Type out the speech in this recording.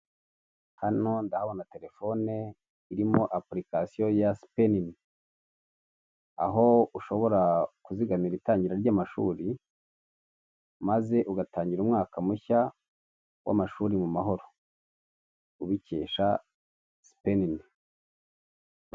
Hano ndabona telefone irimo apulikasiyo ya sipenini aho ushobora kuzigamira itangira ry'amashuri maze ugatangira umwaka mushya w'amashuri mu mahoro ubikesha sipenini.